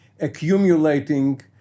accumulating